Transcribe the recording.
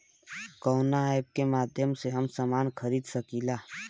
कवना ऐपके माध्यम से हम समान खरीद सकीला?